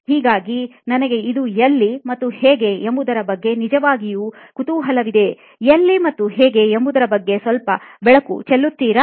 ಹಾಗಾಗಿ ನನಗೆ ಇದು ಎಲ್ಲಿ ಮತ್ತು ಹೇಗೆ ಎಂಬುದರ ಬಗ್ಗೆ ನಿಜವಾಗಿಯೂ ಕುತೂಹಲವಿದೆ ಎಲ್ಲಿ ಮತ್ತು ಹೇಗೆ ಎಂಬುದರ ಬಗ್ಗೆ ಸ್ವಲ್ಪ ಬೆಳಕು ಚೆಲ್ಲುತ್ತೀರಾ